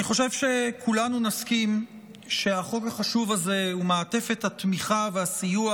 אני חושב שכולנו נסכים שהחוק החשוב הזה ומעטפת התמיכה והסיוע